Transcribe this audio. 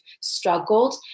struggled